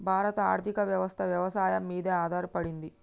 భారత ఆర్థికవ్యవస్ఠ వ్యవసాయం మీదే ఆధారపడింది